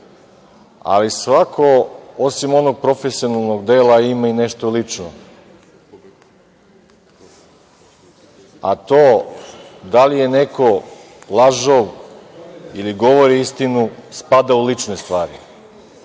ali svako osim onog profesionalnog dela ima i nešto lično, a to da li je neko lažov ili govori istinu spada u lične stvari.